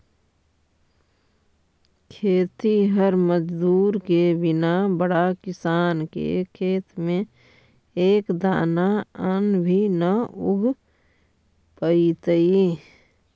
खेतिहर मजदूर के बिना बड़ा किसान के खेत में एक दाना अन्न भी न उग पइतइ